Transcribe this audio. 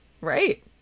Right